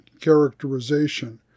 characterization